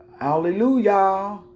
Hallelujah